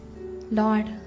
Lord